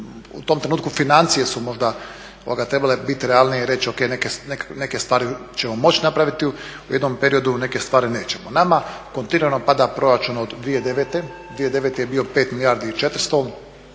u tom trenutku financije su možda trebale biti realnije i reći ok neke stvari ćemo moći napraviti u jednom periodu, neke stvari nećemo. Nama kontinuirano pada proračun od 2009., 2009. je bio 5 milijardi i 400, recimo